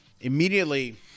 Immediately